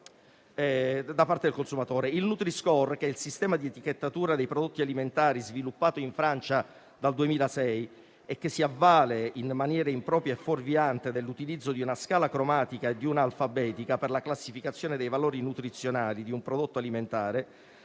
Il nutri-score, che è il sistema di etichettatura dei prodotti alimentari sviluppato in Francia dal 2016 e che si avvale, in maniera impropria e fuorviante, dell'utilizzo di una scala cromatica e di una alfabetica per la classificazione dei valori nutrizionali di un prodotto alimentare,